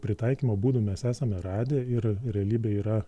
pritaikymo būdų mes esame radę ir realybė yra